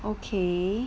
okay